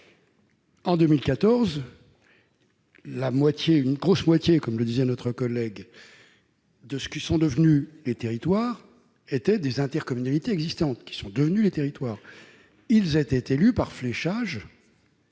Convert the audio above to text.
moitié, une grosse moitié comme le disait notre collègue de ceux qui sont devenus les territoires étaient des intercommunalités existantes qui sont devenus les territoires, ils étaient élus par fléchage